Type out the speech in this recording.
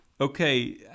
Okay